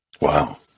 Wow